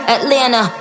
Atlanta